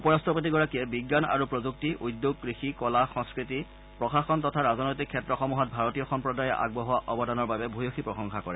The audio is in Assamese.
উপ ৰাট্টপতিগৰাকীয়ে বিজ্ঞান আৰু প্ৰযুক্তি উদ্যোগ কৃষি কলা সংস্পতি প্ৰশাসন তথা ৰাজনৈতিক ক্ষেত্ৰসমূহত ভাৰতীয় সম্প্ৰদায়ে আগবঢ়োৱা অৱদানৰ বাবে ভূয়সী প্ৰশংসা কৰে